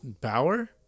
Bauer